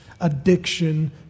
addiction